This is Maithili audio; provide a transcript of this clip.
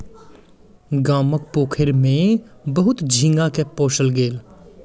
गामक पोखैर में बहुत झींगा के पोसल गेल